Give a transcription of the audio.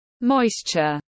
Moisture